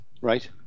Right